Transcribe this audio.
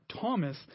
Thomas